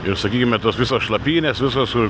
ir sakykime tos visos šlapynės visos u